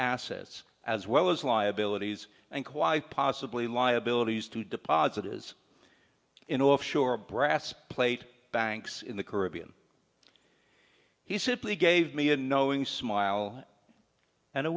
assets as well as liabilities and quite possibly liabilities to deposit is in offshore brass plate banks in the caribbean he simply gave me a knowing smile and a